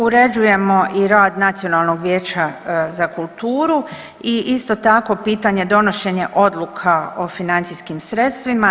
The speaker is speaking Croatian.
Uređujemo i rad nacionalnog vijeća za kulturu i isto tako pitanje donošenja odluka o financijskim sredstvima.